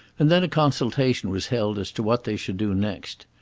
and then a consultation was held as to what they should do next.